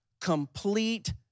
complete